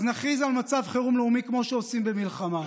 אז נכריז על מצב חירום לאומי, כמו שעושים במלחמה.